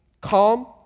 calm